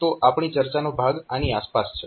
તો આપણી ચર્ચાનો ભાગ આની આસપાસ છે